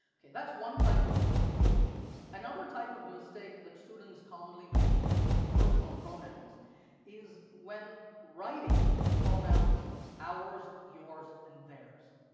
ok that's one type of mistake another type of mistake that students commonly make with personal pronouns is when writing the pronouns ours yours and theirs.